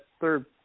third